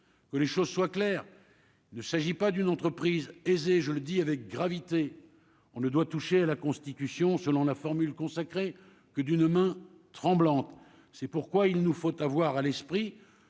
que les choses soient claires : ne s'agit pas d'une entreprise aisée, je le dis avec gravité : on ne doit toucher à la Constitution, selon la formule consacrée, que d'une main tremblante, c'est pourquoi il nous faut avoir à l'esprit